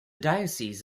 diocese